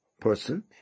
person